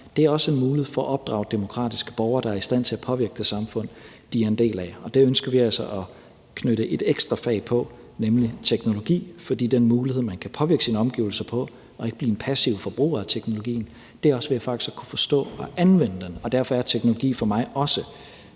design, også en mulighed for at opdrage demokratiske borgere, der er i stand til at påvirke det samfund, de er en del af. Og det ønsker vi altså at knytte et ekstra fag til, nemlig teknologi, fordi den mulighed for, at man kan påvirke sine omgivelser og ikke blive en passiv forbruger af teknologien, også er ved faktisk at kunne forstå at anvende den, og derfor er teknologi for mig også